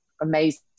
amazing